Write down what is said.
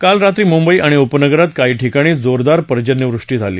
काल रात्री मुंबई आणि उपनगरात काही ठिकाणी जोरदार पर्जन्यवृष्टी झाली